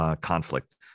conflict